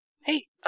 Hey